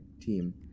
team